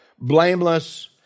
blameless